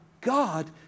God